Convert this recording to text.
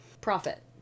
Profit